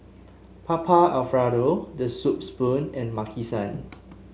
Papa Alfredo The Soup Spoon and Maki San